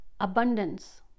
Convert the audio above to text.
abundance